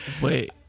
wait